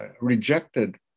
rejected